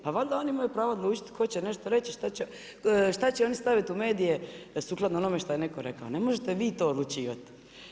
Pa valjda oni imaju pravo odlučiti tko će nešto reći i šta će oni staviti u medije sukladno onome što je netko rekao, ne možete vi to odlučivati.